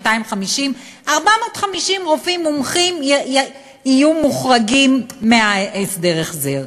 250. 450 רופאים מומחים יהיו מוחרגים מההסדר-החזר.